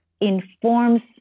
informs